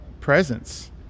presence